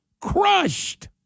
crushed